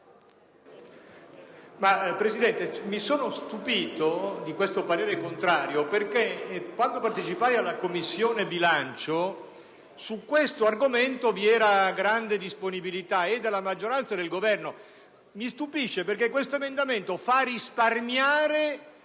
Presidente, mi sono stupito del parere contrario perché in Commissione bilancio su quest'argomento vi era grande disponibilità sia della maggioranza sia del Governo. Mi stupisce perché questo emendamento fa risparmiare